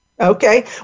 Okay